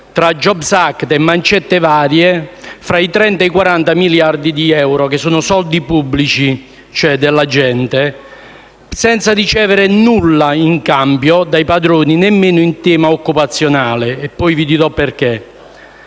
tra *jobs act* e mancette varie, tra i 30 e i 40 miliardi di euro, che sono soldi pubblici, della gente, senza che essa ricevesse nulla in cambio dai padroni, nemmeno in tema occupazionale (poi vi dirò perché),